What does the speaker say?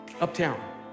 Uptown